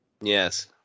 Yes